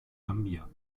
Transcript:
gambia